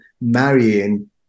marrying